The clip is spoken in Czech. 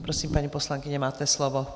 Prosím, paní poslankyně, máte slovo.